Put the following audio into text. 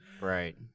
right